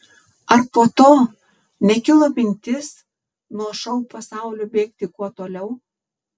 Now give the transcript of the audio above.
ar po to nekilo mintis nuo šou pasaulio bėgti kuo toliau